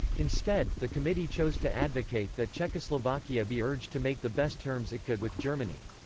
instead, the committee chose to advocate that czechoslovakia be urged to make the best terms it could with germany.